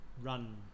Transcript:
Run